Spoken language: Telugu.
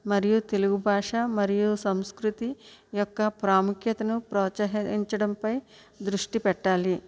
మరియు తెలుగు భాష మరియు సంస్కృతి యొక్క ప్రాముఖ్యతను ప్రోత్సహించడంపై దృష్టి పెట్టాలి